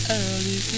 early